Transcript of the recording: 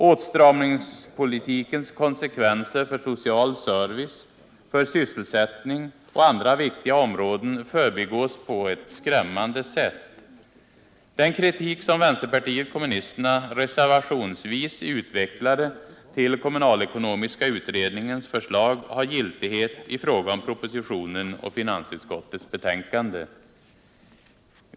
Åtstramningspolitikens konsekvenser för social service, för sysselsättning och för andra viktiga områden förbigås på ett skrämmande sätt. Den kritik som vänsterpartiet kommunisterna reservationsvis utvecklade mot kommunalekonomiska utredningens förslag har giltighet i fråga om propositionen och finansutskottets betänkande.